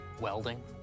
welding